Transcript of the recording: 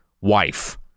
wife